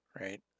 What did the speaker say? right